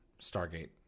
Stargate